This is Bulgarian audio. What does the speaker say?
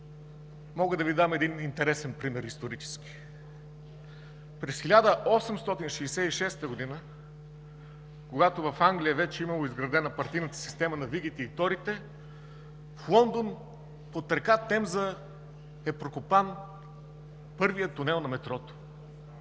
Мога да Ви дам един интересен исторически пример. През 1866 г., когато в Англия вече е имало изградена партийната система на вигите и торите, в Лондон под река Темза е прокопан първият тунел на метрото.